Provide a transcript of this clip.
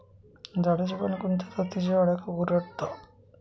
झाडाची पाने कोणत्या जातीच्या अळ्या कुरडतात?